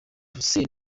hussein